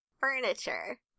furniture